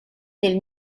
del